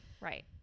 right